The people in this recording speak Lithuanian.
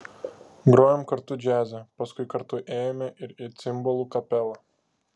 grojom kartu džiaze paskui kartu ėjome ir į cimbolų kapelą